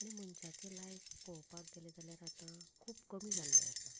आनी मनशाचे लायफ पळोवपाक गेलें जाल्यार आतां खूब कमी जाल्लें आसा